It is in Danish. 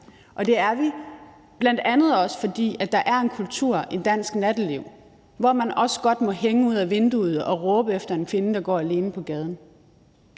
Og det er vi, bl.a. også fordi der er en kultur i det danske natteliv, hvor man godt må hænge ud ad vinduet og råbe efter en kvinde, der går alene på gaden,